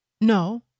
No